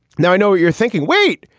now, i know you're thinking, wait,